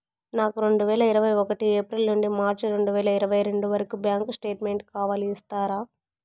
నాకు రెండు వేల ఇరవై ఒకటి ఏప్రిల్ నుండి మార్చ్ రెండు వేల ఇరవై రెండు వరకు బ్యాంకు స్టేట్మెంట్ కావాలి ఇస్తారా